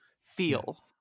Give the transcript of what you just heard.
feel